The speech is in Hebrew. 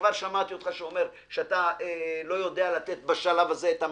וכבר שמעתי את איציק שמולי אומר שהוא לא יודע לתת בשלב הזה מענה,